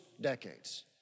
decades